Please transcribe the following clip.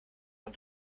von